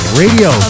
radio